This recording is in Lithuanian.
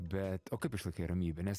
bet o kaip išlaikai ramybę nes